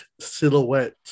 silhouette